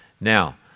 now